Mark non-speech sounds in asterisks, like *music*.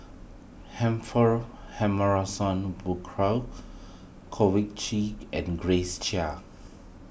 Humphrey *unintelligible* Burkill *unintelligible* Chi and Grace Chia